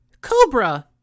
Cobra